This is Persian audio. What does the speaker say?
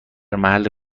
محل